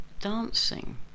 dancing